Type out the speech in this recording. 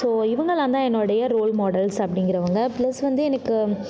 so இவங்களான்தான் என்னுடைய role models அப்படிங்கிறவங்க ப்ளஸ் வந்து எனக்கு